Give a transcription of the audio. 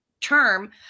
term